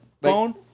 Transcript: bone